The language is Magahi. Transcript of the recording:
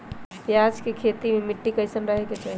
प्याज के खेती मे मिट्टी कैसन रहे के चाही?